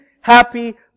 happy